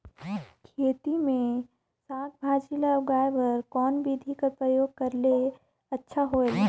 खेती मे साक भाजी ल उगाय बर कोन बिधी कर प्रयोग करले अच्छा होयल?